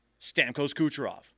Stamkos-Kucherov